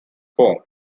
poem